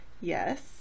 Yes